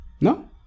no